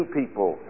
people